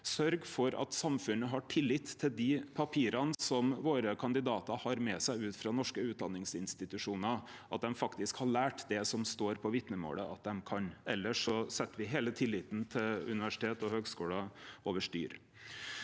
sørgje for at samfunnet har tillit til dei papira som kandidatane våre har med seg ut frå norske utdanningsinstitusjonar, at dei faktisk har lært det som står på vitnemålet at dei kan. Elles set me heile tilliten til universitet og høgskular over styr.